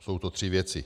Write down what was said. Jsou to tři věci.